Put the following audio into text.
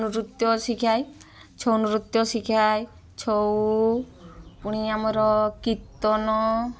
ନୃତ୍ୟ ଶିଖାଏ ଛଉ ନୃତ୍ୟ ଶିଖାଏ ଛଉ ପୁଣି ଆମର କୀର୍ତ୍ତନ